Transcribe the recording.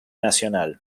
nacional